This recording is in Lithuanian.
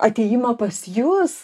atėjimą pas jus